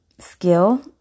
skill